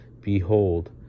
Behold